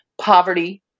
poverty